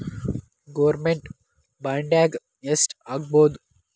Government ಬಾಂಡ್ನಾಗ್ ಯೆಷ್ಟ್ ಹಾಕ್ಬೊದು?